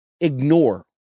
ignore